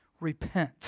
Repent